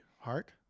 Heart